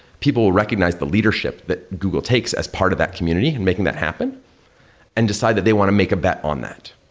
people will recognize the leadership that google takes as part of that community and making that happen and decide that they want to make a bet on that.